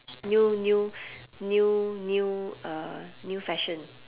new new new new uh new fashion